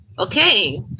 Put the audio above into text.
okay